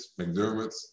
McDermott